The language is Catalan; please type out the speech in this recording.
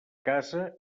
casa